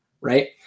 right